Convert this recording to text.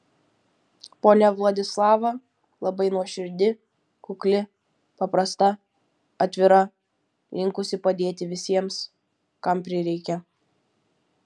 ponia vladislava labai nuoširdi kukli paprasta atvira linkusi padėti visiems kam prireikia